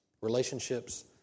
Relationships